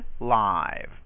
live